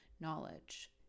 knowledge